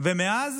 ומאז